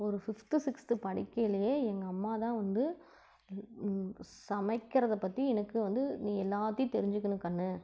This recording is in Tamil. ஒரு ஃபிஃப்த்து சிக்ஸ்த்து படிக்கையிலையே எங்கள் அம்மா தான் வந்து சமைக்கிறதை பற்றி எனக்கு வந்து நீ எல்லாத்தையும் தெரிஞ்சுக்கிணும் கண்ணு